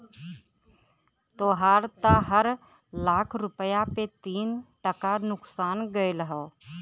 तोहार त हर लाख रुपया पे तीन टका नुकसान गयल हौ